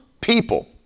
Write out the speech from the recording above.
people